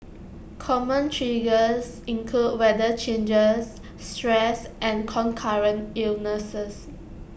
common triggers include weather changes stress and concurrent illnesses